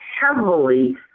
heavily